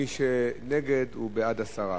מי שנגד הוא בעד הסרה.